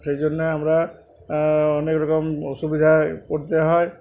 সেই জন্যে আমরা অনেক রকম অসুবিধায় পড়তে হয়